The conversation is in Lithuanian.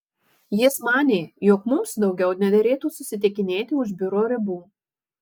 jis manė jog mums daugiau nederėtų susitikinėti už biuro ribų